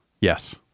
Yes